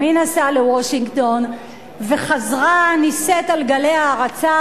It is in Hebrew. גם היא נסעה לוושינגטון וחזרה נישאת על גלי הערצה.